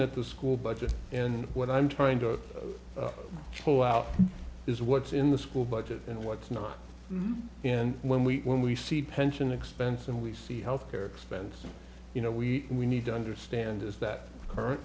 at the school budget and what i'm trying to chill out is what's in the school budget and what's not and when we when we see pension expense and we see health care expenses you know we we need to understand is that current